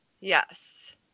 Yes